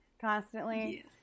constantly